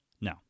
no